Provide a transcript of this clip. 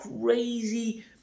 crazy